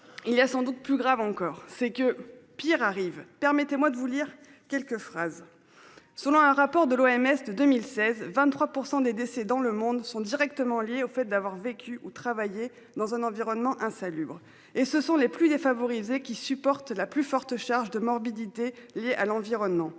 Il y a sans doute plus grave encore, c'est que pire arrive. Permettez-moi de vous lire quelques phrases. Selon un rapport de l'OMS de 2016 23 % des décès dans le monde sont directement liées au fait d'avoir vécu ou. Dans un environnement insalubre et ce sont les plus défavorisés qui supportent la plus forte charge de morbidité liées à l'environnement.